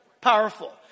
Powerful